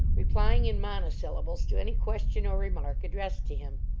replying in monosyllables to any question or remark addressed to him.